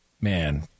man